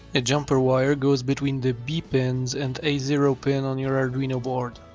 a jumper wire goes between the b pins and a zero pin on your arduino board.